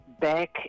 back